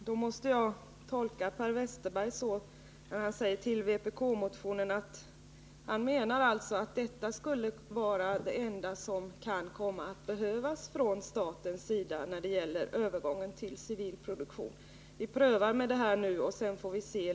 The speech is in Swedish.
Herr talman! Det som Per Westerberg sade om vpk-motionen måste jag tolka så, att han menar att det som han nämnde är det enda som staten behöver göra när det gäller övergången till civil produktion. Han menar att vi skall pröva med detta.